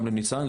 גם לניצן,